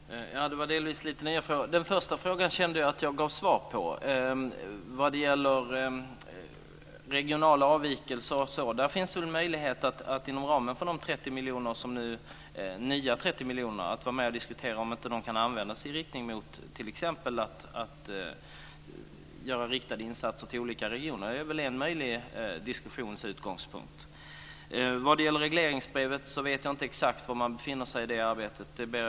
Fru talman! Det var delvis lite nya frågor. Jag tycker att jag svarade på den första frågan om regionala avvikelser osv. Där finns möjlighet att diskutera om inte de 30 nya miljonerna kan användas till att t.ex. göra riktade insatser i olika regioner. Det är en möjlig utgångspunkt för diskussionen. Jag vet inte exakt var man befinner sig i arbetet med regleringsbrevet.